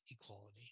equality